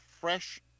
fresh